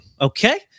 Okay